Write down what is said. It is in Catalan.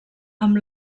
amb